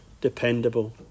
dependable